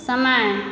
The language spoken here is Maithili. समय